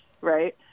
right